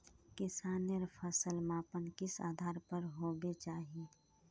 किसानेर फसल मापन किस आधार पर होबे चही?